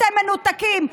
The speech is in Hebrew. אתם מנותקים.